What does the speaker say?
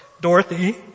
Dorothy